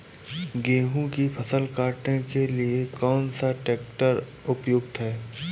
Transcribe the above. गेहूँ की फसल काटने के लिए कौन सा ट्रैक्टर उपयुक्त है?